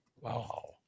Wow